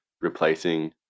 replacing